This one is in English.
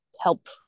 help